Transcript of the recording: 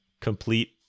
complete